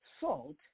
Salt